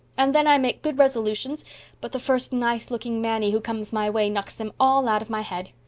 and then i make good resolutions but the first nice-looking mannie who comes my way knocks them all out of my head.